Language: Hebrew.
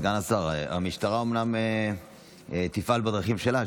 סגן השר, המשטרה אומנם תפעל בדרכים שלה.